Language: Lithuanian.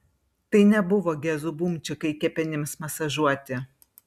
tai nebuvo gezų bumčikai kepenims masažuoti